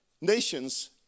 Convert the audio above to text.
nations